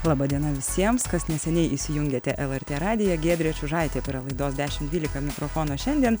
laba diena visiems kas neseniai įsijungėte lrt radiją giedrė čiužaitė prie laidos dešim dvylika mikrofono šiandien